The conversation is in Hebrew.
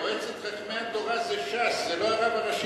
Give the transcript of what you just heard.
מועצת חכמי התורה זה ש"ס, זה לא הרב הראשי לישראל.